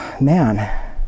Man